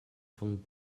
von